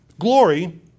glory